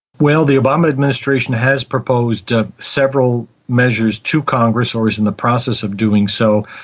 well, the obama administration has proposed ah several measures to congress or is in the progress of doing so,